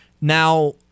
Now